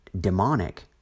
demonic